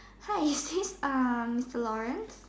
hi is this uh mister Lawrence